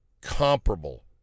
comparable